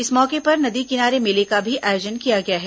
इस मौके पर नदी किनारे मेले का भी आयोजन किया गया है